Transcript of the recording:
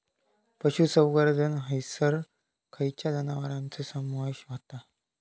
पशुसंवर्धन हैसर खैयच्या जनावरांचो समावेश व्हता?